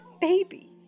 baby